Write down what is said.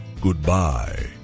Goodbye